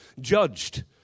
judged